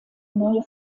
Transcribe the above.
neue